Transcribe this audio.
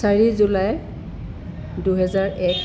চাৰি জুলাই দুইহেজাৰ এক